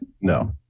No